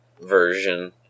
version